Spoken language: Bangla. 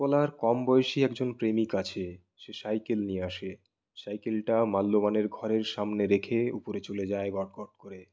উৎপলার কম বয়সি একজন প্রেমিক আছে সে সাইকেল নিয়ে আসে সাইকেলটা মাল্যবানের ঘরের সামনে রেখে উপরে চলে যায় গট গট করে